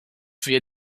wir